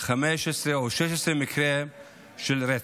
15 או 16 מקרי רצח.